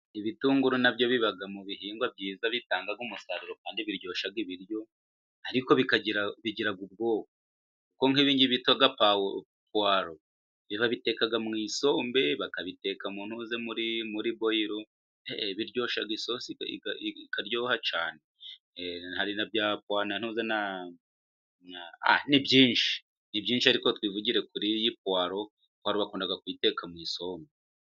Ibitunguru na byo biba mu bihingwa byiza bitanga umusaruro, kandi biryosha ibiryo, ariko bigira ubwoko kuko nk'ibingibi bita puwaro babiteka mu isombe, bakabiteka mu ntuze muri, muri boyiro, biryoshya isosi, ikaryoha cyane, hari na bya ... na ntuze, na... ni byinshi, ni byinshi ariko twivugire kuri iyi puwaro, puwaro bakunda kuyiteka mu isombe.